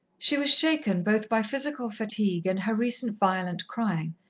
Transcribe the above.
she was shaken both by physical fatigue and her recent violent crying,